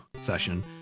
session